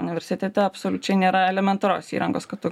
universitete absoliučiai nėra elementarios įrangos kad tu